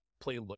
play